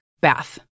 Bath